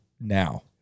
now